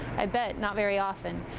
i bet not very often.